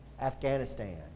Afghanistan